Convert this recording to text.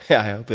yeah,